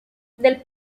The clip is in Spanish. del